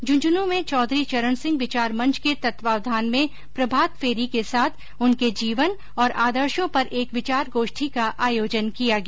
झुंझुनू में चौधरी चरणसिंह विचार मंच के तत्वावधान में प्रभात फेरी के साथ उनके जीवन और आदर्शों पर एक विचार गोष्ठी का आयोजन किया गया